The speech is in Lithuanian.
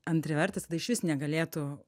antrivertas tada išvis negalėtų